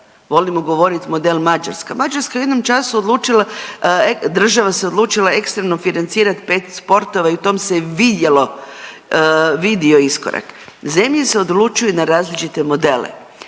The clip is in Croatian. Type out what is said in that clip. volimo govoriti model Mađarska, Mađarska je u jednom času odlučila država se odlučila ekstremno financirati pet sportova i u tom se vidio iskorak. Zemlje se odlučuju na različite modele,